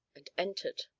and entered.